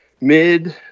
mid